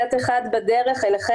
כן, בוודאי.